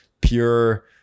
pure